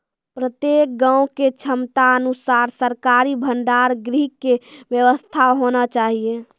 प्रत्येक गाँव के क्षमता अनुसार सरकारी भंडार गृह के व्यवस्था होना चाहिए?